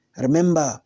Remember